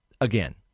Again